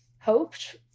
hoped